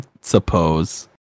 suppose